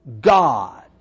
God